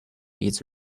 its